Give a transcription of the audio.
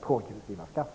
progressiva skatter.